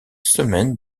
semaine